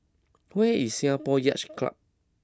where is Singapore Yacht Club